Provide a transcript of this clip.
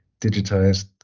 digitized